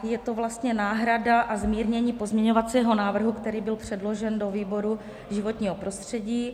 Je to vlastně náhrada a zmírnění pozměňovacího návrhu, který byl předložen do výboru pro životní prostředí.